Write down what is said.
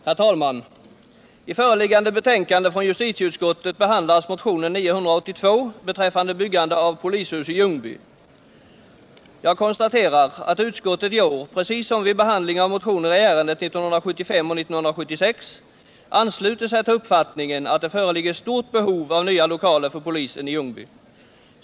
Herr talman! I föreliggande betänkande från justitieutskottet behandlas motionen 982 om byggande av polishus i Ljungby. Jag konstaterar att utskottet i år, precis som vid behandlingen av motioner i ärendet 1975 och 1976, anslutit sig till uppfattningen att det föreligger ett stort behov av nya lokaler för polisen i Ljungby.